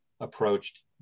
approached